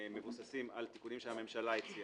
יותר מהותיים.